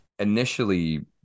initially